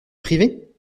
privée